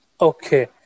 Okay